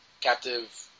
captive